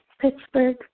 Pittsburgh